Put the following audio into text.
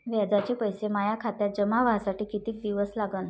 व्याजाचे पैसे माया खात्यात जमा व्हासाठी कितीक दिवस लागन?